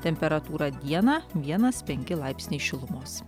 temperatūra dieną vienas penki laipsniai šilumos